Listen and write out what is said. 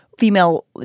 female